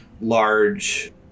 large